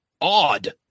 odd